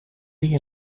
die